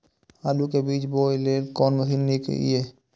आलु के बीज बोय लेल कोन मशीन नीक ईय?